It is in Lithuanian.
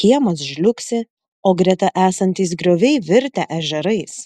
kiemas žliugsi o greta esantys grioviai virtę ežerais